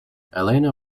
elena